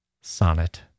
Sonnet